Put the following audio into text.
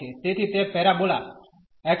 તેથી તે parabola x2 4 ay છે